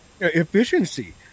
efficiency